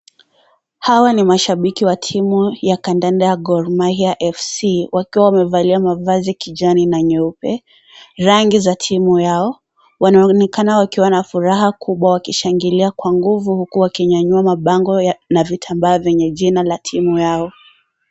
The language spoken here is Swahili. Hawa ni mashabiki wa timu ya kandanda ya Gor mahia FC,wakiwa wamevalia mavazi kijani na nyeupe, rangi za timu yao. Wanaonekana wakiwa na furaha kubwa, wakishangilia kwa nguvu huku wakinyanyua mabango ya na vitambaa vyenye jina la timu yao.